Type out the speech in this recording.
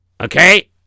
okay